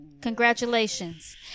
Congratulations